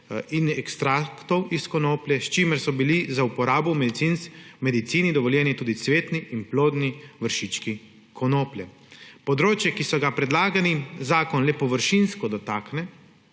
in ekstraktov iz konoplje, s čimer so bili za uporabo v medicini dovoljeni tudi cvetni in plodni vršički konoplje. Področje, ki se ga predlagani zakon le površinsko dotakne,